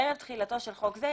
ערב תחילתו של חוק זה,